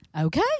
Okay